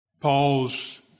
Paul's